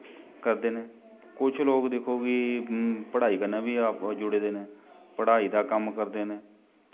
करदे न कुछ लोग दिक्खो कि पढ़ाई कन्नै बी जुड़े दे न पढ़ाई दा कम्म करदे न